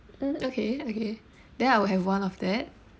mm okay okay then I will have one of that